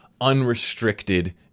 unrestricted